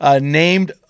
named